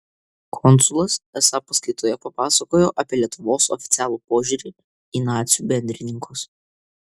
konsulas esą paskaitoje papasakojo apie lietuvos oficialų požiūrį į nacių bendrininkus